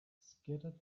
scattered